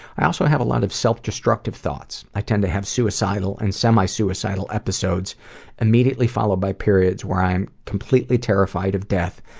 i also have a lot of self-destructive thoughts. i tend to have suicidal and semi suicidal episodes immediately followed by periods where i am completely terrified of death.